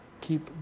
Keep